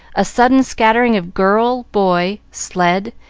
a sudden scattering of girl, boy, sled,